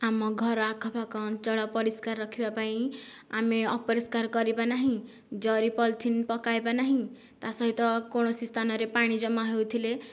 ଆମ ଘର ଆଖପାଖ ଅଞ୍ଚଳ ପରିଷ୍କାର ରଖିବା ପାଇଁ ଆମେ ଅପରିଷ୍କାର କରିବା ନାହିଁ ଜରି ପଲିଥିନ ପକାଇବା ନାହିଁ ତା ସହିତ କୌଣସି ସ୍ଥାନରେ ପାଣି ଜମା ହୋଇଥିଲେ